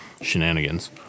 shenanigans